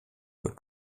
were